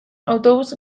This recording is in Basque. autobus